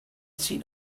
seen